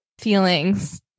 feelings